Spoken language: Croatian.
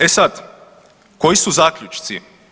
E sad, koji su zaključci?